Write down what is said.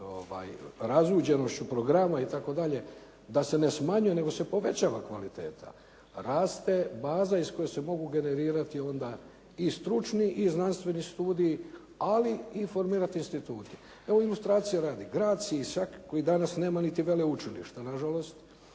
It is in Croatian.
razumije se./ … programa itd. da se ne smanjuje nego se povećava kvaliteta. Raste baza iz koje se mogu generirati onda i stručni i znanstveni studiji ali i formirati institute. Evo ilustracije radi. Grad Sisak koji danas nema niti veleučilišta na žalost,